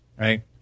right